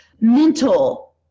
mental